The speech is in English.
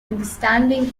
understanding